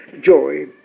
joy